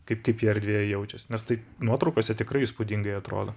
kaip kaip jie erdvėje jaučias nes tai nuotraukose tikrai įspūdingai atrodo